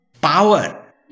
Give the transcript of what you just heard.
power